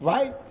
Right